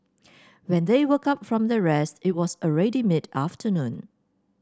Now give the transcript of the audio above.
when they woke up from their rest it was already mid afternoon